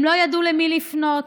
הם לא ידעו למי לפנות,